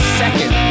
second